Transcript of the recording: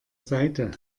seite